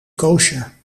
koosjer